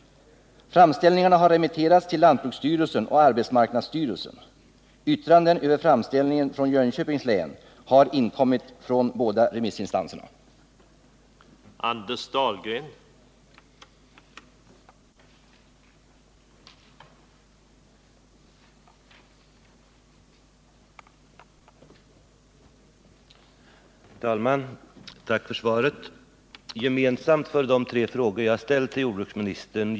Framställningarna har remitterats till lantbruksstyrelsen och arbetsmarknadsstyrelsen. Yttranden över framställningen från Jönköpings län har inkommit från båda remissinstanserna.